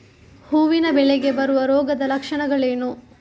ಹೂವಿನ ಬೆಳೆಗೆ ಬರುವ ರೋಗದ ಲಕ್ಷಣಗಳೇನು?